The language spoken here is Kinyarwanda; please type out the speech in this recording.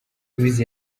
luwize